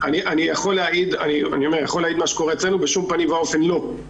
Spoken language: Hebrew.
אני יכול להעיד ממה שקורה אצלנו בשום פנים ואופן לא.